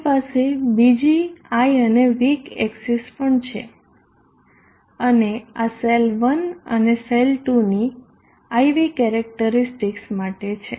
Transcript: આપણી પાસે બીજી I અને V એક્સીસ પણ છે અને આ સેલ 1 અને સેલ 2 ની IV કેરેક્ટરીસ્ટિકસ માટે છે